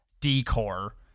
decor